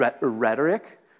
rhetoric